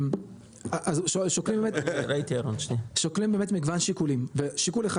אז שוקלים באמת מגוון שיקולים ושיקול אחד,